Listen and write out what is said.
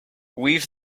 weave